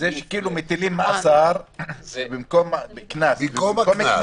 זה שכאילו מטילים מאסר במקום קנס.